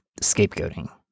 scapegoating